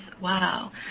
Wow